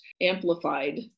amplified